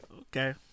Okay